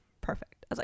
perfect